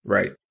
Right